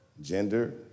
Gender